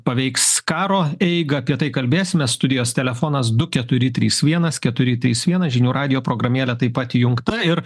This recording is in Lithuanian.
paveiks karo eigą apie tai kalbėsime studijos telefonas du keturi trys vienas keturi trys vienas žinių radijo programėlė taip pat įjungta ir